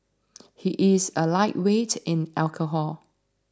he is a lightweight in alcohol